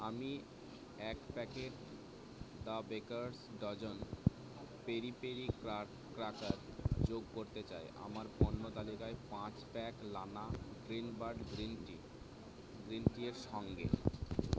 আমি এক packet the Bakers Dozen peri peri cracker যোগ করতে চাই আমার পণ্য তালিকায় পাঁচ pack Lana Green Bud green tea green টিয়ের সঙ্গে